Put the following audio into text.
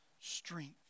strength